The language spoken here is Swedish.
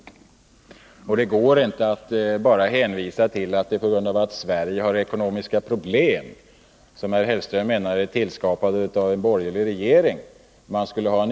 Det går inte, som herr Hellström gör, att ursäkta förslag av denna typ med att Sverige har ekonomiska problem som, enligt vad han säger, har skapats av den borgerliga regeringen.